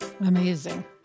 Amazing